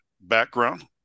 background